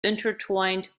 intertwined